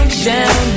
down